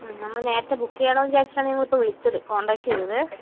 നമ്മൾ നേരത്തെ ബുക്ക് ചെയ്യണോ എന്ന് വിചാരിച്ചിട്ടാണ് ഞങ്ങൾ ഇപ്പോൾ വിളിച്ചത് കോൺടാക്റ്റ് ചെയ്തത്